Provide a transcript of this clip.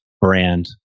brand